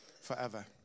forever